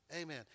Amen